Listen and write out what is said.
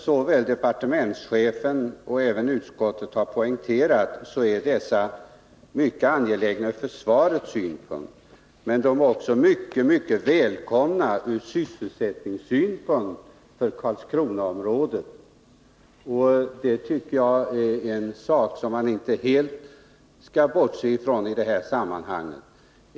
Såväl departementschefen som utskottet har poängterat att dessa är mycket angelägna ur försvarets synpunkt. Men de är också mycket välkomna ur sysselsättningssynpunkt för Karlskronaområdet. Den saken tycker jag man inte helt skall bortse från i detta sammanhang.